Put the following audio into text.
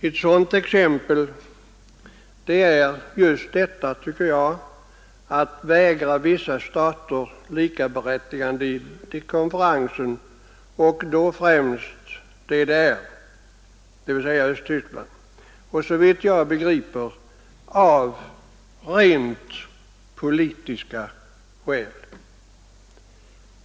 Ett exempel är, anser jag, att man vägrar vissa stater — främst DDR, dvs. Östtyskland — likaberättigande vid konferensen, såvitt jag begriper av rent politiska skäl.